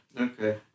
Okay